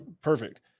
perfect